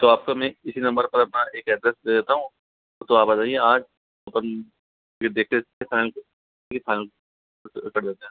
तो आपको मैं इसी नंबर पर अपना एक एड्रेस दे देता हूँ तो आप आ जाइए आज देखतें है फाइनल कर देते हैं